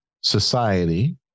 society